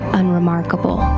unremarkable